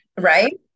Right